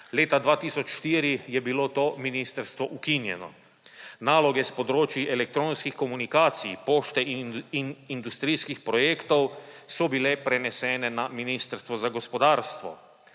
Leta 2004 je bilo to ministrstvo ukinjeno. Naloge s področij elektronskih komunikacij, pošte in industrijskih projektov so bile prenesene na Ministrstvo za gospodarstvo.